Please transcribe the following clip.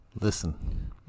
Listen